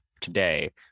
today